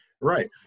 Right